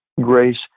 grace